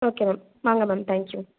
okay ma'am வாங்க ma'am thank you